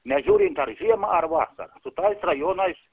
nežiūrint ar žiemą ar vasarą su tais rajonais